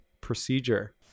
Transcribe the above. procedure